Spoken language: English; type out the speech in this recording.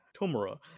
Tomura